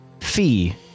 fee